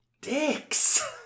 dicks